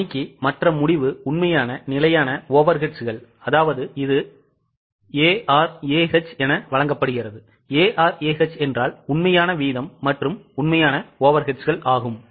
மணிக்குமற்ற முடிவு உண்மையான நிலையான Overheads கள் இது ARAH என வழங்கப்படுகிறது ARAH என்றால் உண்மையான வீதம் மற்றும் உண்மையான Overheadsகளாகும்